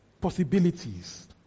Possibilities